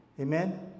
amen